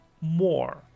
more